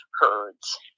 herds